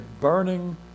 burning